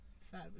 Sad